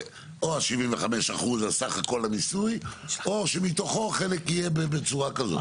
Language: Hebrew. זה או ה-75% על סך כל הניסוי או שמתוכו חלק יהיה בצורה כזאת.